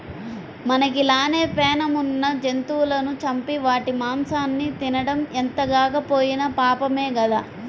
మనకి లానే పేణం ఉన్న జంతువులను చంపి వాటి మాంసాన్ని తినడం ఎంతగాకపోయినా పాపమే గదా